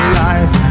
life